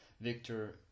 Victor